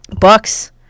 Bucks